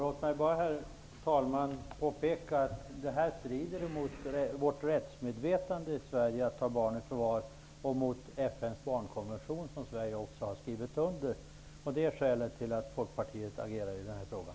Herr talman! Låt mig få påpeka att det strider mot vårt rättsmedvetande i Sverige att ta barn i förvar. Det strider också mot FN:s barnkonvention, som Sverige också skrivit under. Av det skälet agerar Folkpartiet i den här frågan.